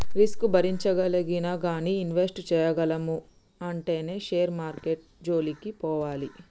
risk భరించగలిగినా గానీ invest చేయగలము అంటేనే షేర్ మార్కెట్టు జోలికి పోవాలి